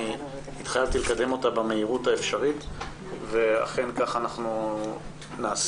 אני התחייבתי לקדם אותה במהירות האפשרית ו אכן כך אנחנו נעשה.